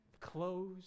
clothes